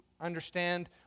understand